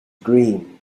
green